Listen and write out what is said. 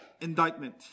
indictment